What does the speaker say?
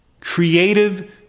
creative